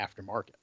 aftermarket